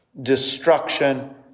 destruction